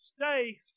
Stay